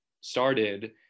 started